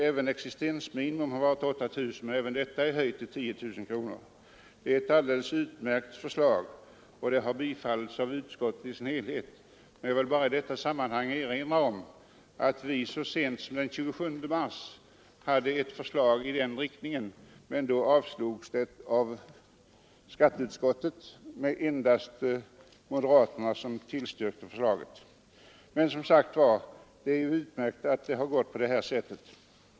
Även existensminimum, som har varit 8000 kronor, föreslås bli höjt till 10 000 kronor. Det är ett alldeles utmärkt förslag, som har tillstyrkts av utskottet i dess helhet. Jag vill bara i sammanhanget påminna om att vi så sent som den 27 mars behandlade ett förslag i den riktningen, men det avstyrktes av skatteutskottet och riksdagen; det var endast moderaterna som tillstyrkte det. Men som sagt var är det utmärkt att det har gått på det här sättet.